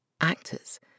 Actors